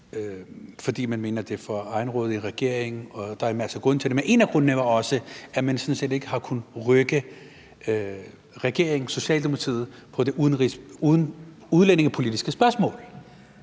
fordi man mener, det er en for egenrådig regering, og der er masser af grunde til det. En af grundene er netop også, at man sådan set ikke har kunnet rykke regeringen, Socialdemokratiet på det udlændingepolitiske spørgsmål.